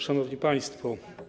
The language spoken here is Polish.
Szanowni Państwo!